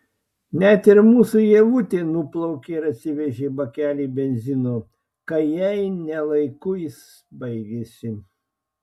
net ir mūsų ievutė nuplaukė ir atsivežė bakelį benzino kai jai ne laiku jis baigėsi